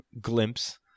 glimpse